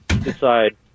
decide